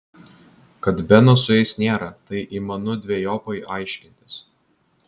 kad beno su jais nėra tai įmanu dvejopai aiškintis